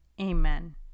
Amen